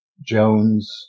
Jones